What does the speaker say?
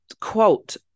quote